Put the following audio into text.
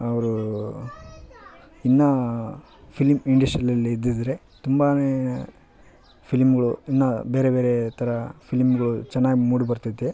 ಅವರು ಇನ್ನೂ ಫಿಲಿಂ ಇಂಡಸ್ಟ್ರಿಯಲ್ಲಿಲ್ಲೆ ಇದ್ದಿದ್ರೆ ತುಂಬನೇ ಫಿಲಿಂಗಳು ಇನ್ನೂ ಬೇರೆ ಬೇರೆ ಥರ ಫಿಲಿಂಗಳು ಚೆನ್ನಾಗಿ ಮೂಡಿ ಬರ್ತಿದ್ದೆ